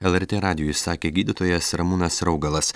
lrt radijui sakė gydytojas ramūnas raugalas